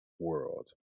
world